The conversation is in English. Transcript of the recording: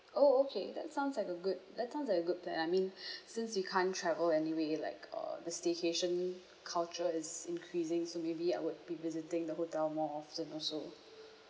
oh okay that sounds like a good that sounds like a good plan I mean since we can't travel anyway like uh the staycation culture is increasing so maybe I would be visiting the hotel more often also